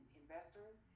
investors